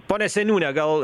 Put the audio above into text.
pone seniūne gal